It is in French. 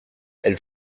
elle